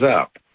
up